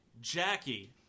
Jackie